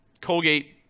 colgate